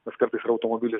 nes kartais ir automobilis